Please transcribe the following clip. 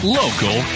local